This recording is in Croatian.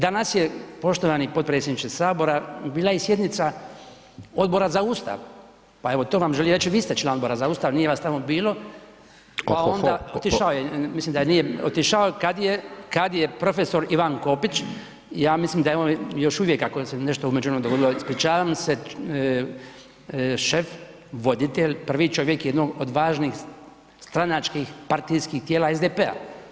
Danas je poštovani potpredsjedniče sabora bila i sjednica Odbora za Ustav, pa evo to vam želim reći, vi ste član Odbora za Ustav, nije vas tamo bilo [[Upadica: Ohoho…]] a onda otišao mislim da nije otišao kad profesor Ivan Kopić ja mislim da je on još uvijek ako se nešto u međuvremenu dogodilo, ispričavam se, šef, voditelj, prvi čovjek jednog od važnih stranačkih, partijskih tijela SDP-a.